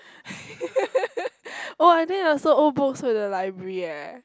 oh and then I sold old books to the library eh